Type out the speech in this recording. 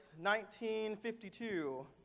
1952